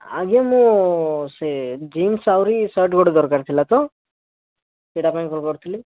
ଆଜ୍ଞା ମୁଁ ସେ ଜିନ୍ ସାଉରୀ ସାର୍ଟ୍ ଗୋଟେ ଦରକାର ଥିଲା ତ ସେଇଟା ପାଇଁ ଫୋନ୍ କରିଥିଲି